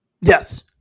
Yes